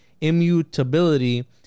immutability